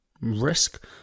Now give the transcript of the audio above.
risk